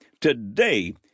Today